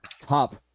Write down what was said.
Top